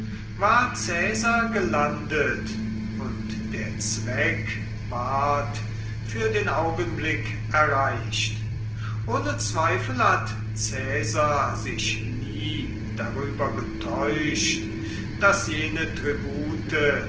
war caesar gelandet und der zweck ward für den augenblick erreicht ohne zweifel hat caesar sich nie darüber getäuscht daß jene tribute